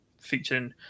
featuring